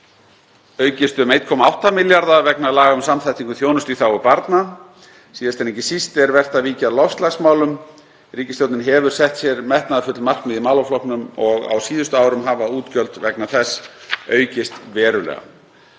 aukist um 1,8 milljarða kr. vegna laga um samþættingu þjónustu í þágu barna. Síðast en ekki síst er vert að víkja að loftslagsmálum. Ríkisstjórnin hefur sett sér metnaðarfull markmið í málaflokknum og á síðustu árum hafa útgjöld vegna þessa aukist verulega.